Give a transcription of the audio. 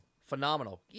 phenomenal